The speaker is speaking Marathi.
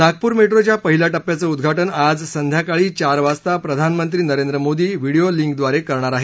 नागपूर मेट्रोच्या पहिल्या टप्प्याचं उद्घाटन आज संध्याकाळी चार वाजता प्रधानमंत्री नरेंद्र मोदी व्हिडीओ लिंकद्वारे करणार आहे